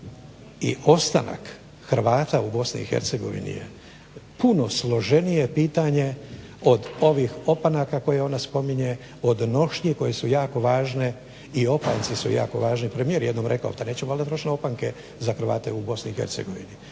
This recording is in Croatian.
i ostanak Hrvata u BiH je puno složenije pitanje od ovih opanaka koje ona spominje, od nošnji koje su jako važne i opanci su jako važni. Premijer je jednom rekao da neće valjda trošiti na opanke za Hrvate u BiH.